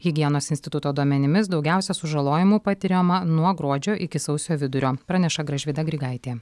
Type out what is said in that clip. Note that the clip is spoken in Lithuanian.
higienos instituto duomenimis daugiausia sužalojimų patiriama nuo gruodžio iki sausio vidurio praneša gražvyda grigaitė